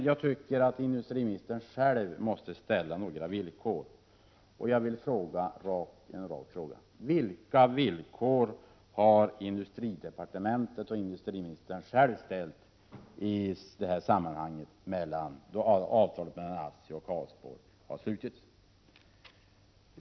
Jag tycker att industriministern själv måste ställa några villkor, och jag har en rad frågor. Vilka villkor ställde industridepartementet och industriministern själv då avtalet mellan ASSI och Karlsborgsverken slöts?